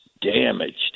damaged